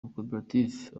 amakoperative